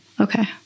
Okay